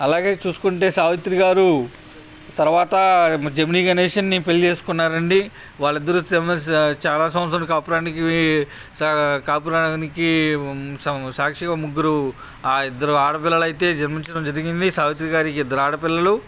అలాగే చూసుకుంటే సావిత్రి గారు తర్వాత జెమినీ గణేషన్ని పెళ్ళి చేసుకున్నారండి వాళ్ళిద్దరు చాలా సంవత్సరాలు కాపురానికి సా కాపురానికి సాక్షిగా ఒక ముగ్గురు ఇద్దరు ఆడపిల్లలు అయితే జన్మించడం జరిగింది సావిత్రి గారికి ఇద్దరు ఆడపిల్లలు